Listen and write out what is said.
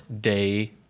day